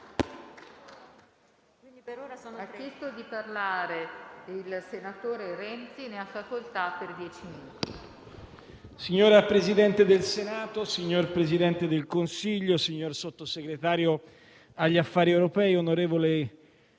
Signora Presidente del Senato, signor Presidente del Consiglio, signor Sottosegretario per gli affari europei,